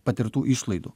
patirtų išlaidų